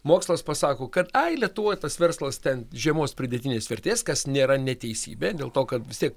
mokslas pasako kad ai lietuvoj tas verslas ten žemos pridėtinės vertės kas nėra neteisybė dėl to kad vis tiek